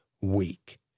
week